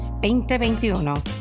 2021